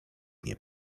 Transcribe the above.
nie